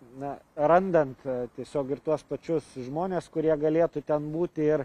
na randant tiesiog ir tuos pačius žmones kurie galėtų ten būti ir